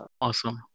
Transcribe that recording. Awesome